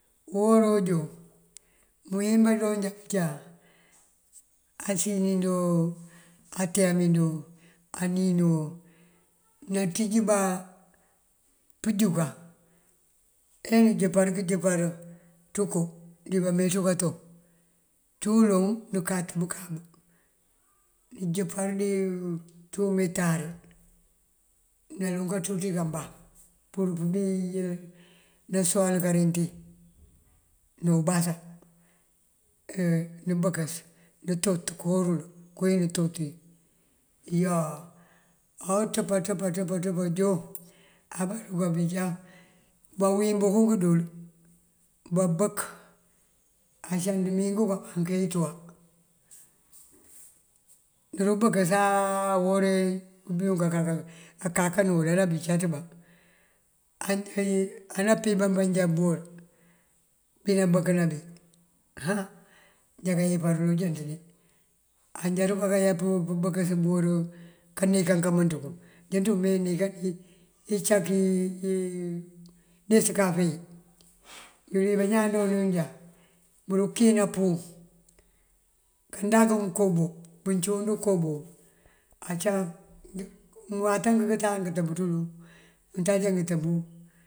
Uworo unjon mëwín banjoojá bunjá asínindoo atímindoo anínuwoo nanţíj bá pëjúkan ayá nënjëmpar kënjëmpar ţënko dí bamenţú kato. Uncí uloŋ nënkaţ bënkáab nënjëmpar dí ţí umeetari naloŋ kanţú ţí kambaŋ pur pëbí yël kasuwal kandiŋ ná ubasan nëbëkës nëntot koorul koowí nuntot wí yoo. Oţëp aţëp aţëp aţëp ajon abaruka bínjá bawín bunkum dël bambëk acá dímingu kamaŋ keentúwar ndurëbëkësa uworo awína bí akakan wí anabí caţëbá anampiban njá bëwur bina bënkënan bí. Ah janka kayepar bënţíj dí ajá ruka kayá kanjëpës bëwur kaneekan kamënţënţ kun cíţ me ineekan incak iyí nesëkafe yí iyël ibañaan jonun já bunu këyëna pum. Kandangum komboo buncundu komboo acá mëwata këntaŋ këtëb ţul ngëntáajá ngëtëbu.